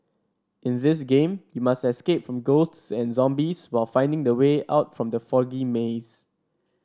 in this game you must escape from ghosts and zombies while finding the way out from the foggy maze